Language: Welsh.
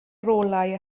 rolau